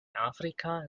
afrika